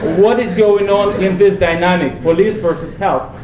what is going on in this dynamic police versus help.